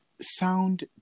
sound